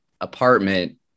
apartment